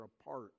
apart